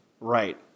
Right